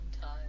time